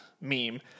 meme